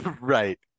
Right